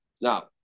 Now